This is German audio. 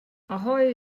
ahoi